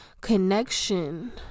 connection